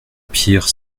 pire